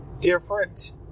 different